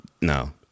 No